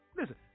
Listen